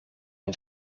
een